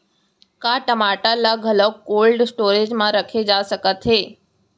का टमाटर ला घलव कोल्ड स्टोरेज मा रखे जाथे सकत हे?